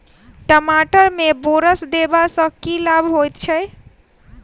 टमाटर मे बोरन देबा सँ की लाभ होइ छैय?